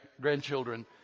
grandchildren